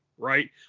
Right